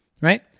Right